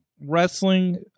wrestling